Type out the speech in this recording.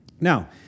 Now